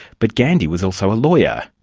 but gandhi was also a lawyer,